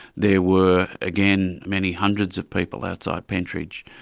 there were again many hundreds of people outside pentridge,